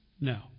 No